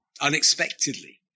unexpectedly